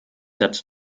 dazu